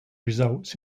results